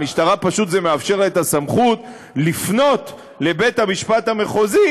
למשטרה פשוט זה מאפשר את הסמכות לפנות לבית-המשפט המחוזי